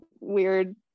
weird